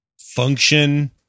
function